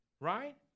Right